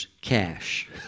cash